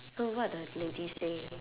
so what the lady say